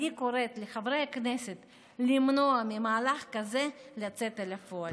אני קוראת לחברי הכנסת למנוע ממהלך כזה לצאת אל הפועל.